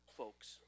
folks